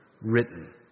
written